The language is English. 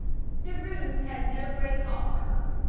the rooms had no great call for her,